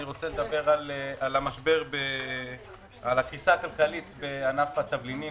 אני רוצה לדבר על הקריסה הכלכלית בענף התבלינים.